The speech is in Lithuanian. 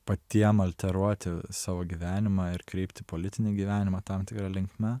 patiem alteruoti savo gyvenimą ir kreipti politinį gyvenimą tam tikra linkme